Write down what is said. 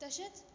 तशेंच